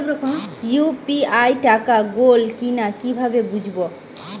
UPI টাকা গোল কিনা কিভাবে বুঝব?